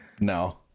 No